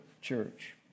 church